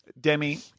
Demi